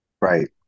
right